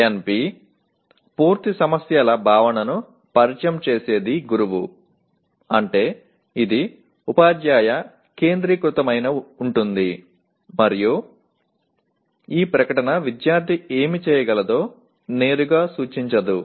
NP పూర్తి సమస్యల భావనను పరిచయం చేసేది గురువు అంటే ఇది ఉపాధ్యాయ కేంద్రీకృతమై ఉంది మరియు ఈ ప్రకటన విద్యార్థి ఏమి చేయగలదో నేరుగా సూచించదు